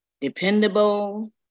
dependable